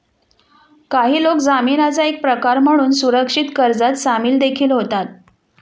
काही लोक जामीनाचा एक प्रकार म्हणून सुरक्षित कर्जात सामील देखील होतात